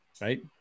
right